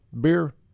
beer